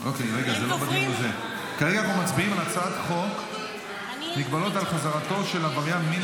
כרגע אנחנו מצביעים על הצעת חוק מגבלות על חזרתו של עבריין מין